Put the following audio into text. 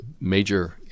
major